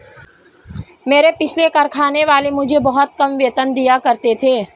मेरे पिछले कारखाने वाले मुझे बहुत कम वेतन दिया करते थे